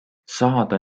saada